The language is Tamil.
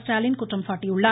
ஸ்டாலின் குற்றம்சாட்டியுள்ளார்